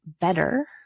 better